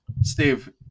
Steve